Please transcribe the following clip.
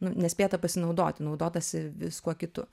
nu nespėta pasinaudoti naudotasi viskuo kitu